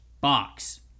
box